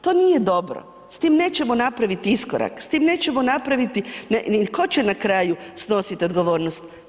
To nije dobro, s tim nećemo napraviti iskorak, s tim nećemo napraviti i tko će na kraju snositi odgovornost?